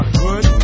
good